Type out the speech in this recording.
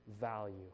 value